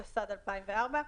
התשס"ד 2004,